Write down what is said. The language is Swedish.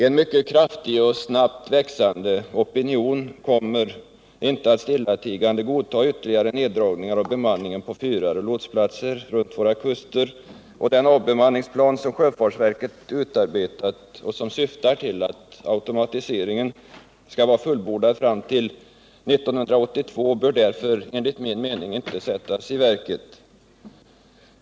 En mycket kraftig och snabbt växande opinion kommer inte att stillatigande godta ytterligare neddragningar av beman 69 Nr 47 ningen på fyrar och lotsplatser runt våra kuster, och den avbemanningsplan Tisdagen den som sjöfartsverket utarbetat och som syftar till att automatiseringen skall 5 december 1978 Vara fullbordad fram till 1982 bör därför enligt min mening inte sättas i verket.